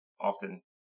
often